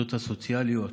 העובדות הסוציאליות,